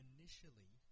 Initially